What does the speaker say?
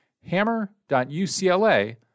hammer.ucla